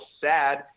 sad